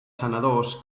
senadors